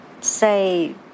say